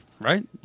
Right